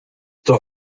toch